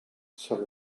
seul